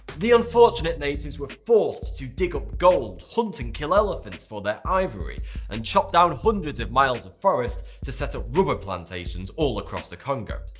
the unfortunate natives were forced to dig up gold, gold, hunt and kill elephants for their ivory and chop down hundreds of miles of forest, to set up rubber plantations all across the congo.